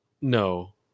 no